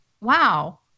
wow